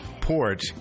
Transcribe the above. port